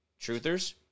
truthers